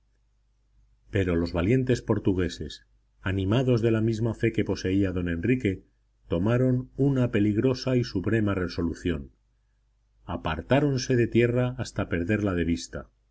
pero los valientes portugueses animados de la misma fe que poseía don enrique tomaron una peligrosa y suprema resolución apartáronse de tierra hasta perderla de vista